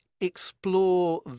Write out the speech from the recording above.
explore